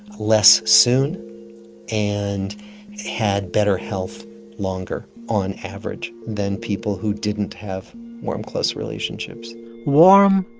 less soon and had better health longer on average than people who didn't have warm, close relationships warm,